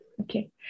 Okay